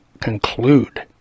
conclude